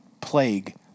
plague